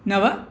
नव